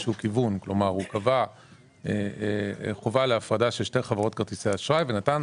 כלומר הוא קבע חובה להפרדה של בתי חברות כרטיסי האשראי ונתן